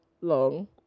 long